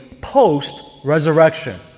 post-resurrection